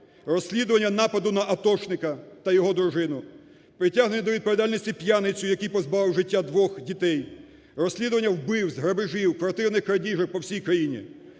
розслідування нападу на атошника та його дружину, притягнення до відповідальності п'яниці, який позбавив життя двох дітей, розслідування вбивств, грабежів, квартирних крадіжок по всій країні.